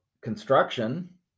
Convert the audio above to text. construction